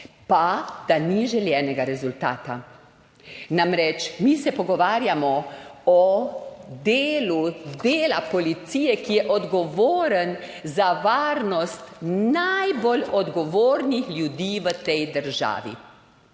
pa da ni želenega rezultata. Namreč, mi se pogovarjamo o delu dela policije, ki je odgovoren za varnost najbolj odgovornih ljudi v tej državi.